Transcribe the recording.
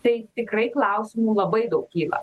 tai tikrai klausimų labai daug kyla